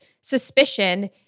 suspicion